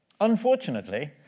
Unfortunately